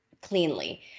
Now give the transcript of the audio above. cleanly